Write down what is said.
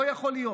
לא יכול להיות.